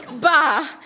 Bah